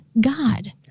God